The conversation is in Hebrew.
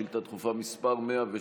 שאילתה דחופה מס' 102,